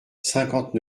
cinquante